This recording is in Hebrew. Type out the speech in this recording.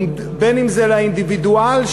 בין שזה לאינדיבידואל,